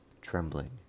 trembling